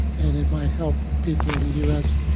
and it might help people in the u s.